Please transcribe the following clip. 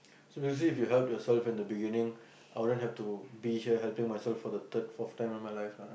so you see if you helped yourself in the beginning I wouldn't have to be here helping myself for the third fourth time in my life lah